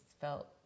felt